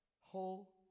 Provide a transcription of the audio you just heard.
whole